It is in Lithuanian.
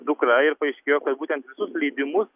dukra ir paaiškėjo kad būtent leidimus